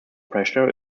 pressure